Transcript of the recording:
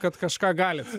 kad kažką galit